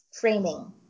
framing